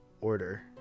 Order